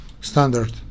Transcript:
standard